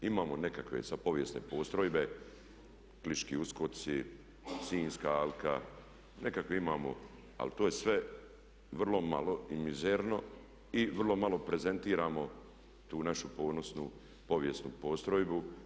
Imamo nekakve sad povijesne postrojbe, Kliški uskoci, Sinjska alka, nekakve imamo ali to je sve vrlo malo i mizerno i vrlo malo prezentiramo tu našu ponosnu povijesnu postrojbu.